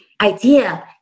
idea